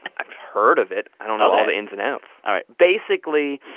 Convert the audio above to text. i've heard of it. i don't know all the ins and outs all right. basically,